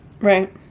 right